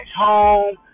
home